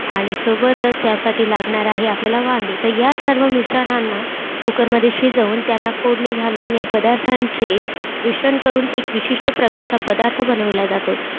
आणि सोबतच त्यासाठी लागणार आहे आपल्याला वांगे त ह्या सर्व मिश्रणांना कुकरमध्ये शिजवून त्यांना फोडणी घालून या पदार्थांचे मिश्रण करून एक विशिष्ट प्रकारचा पदार्थ बनविला जातो